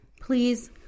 please